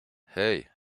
hey